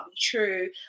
true